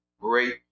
great